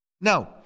Now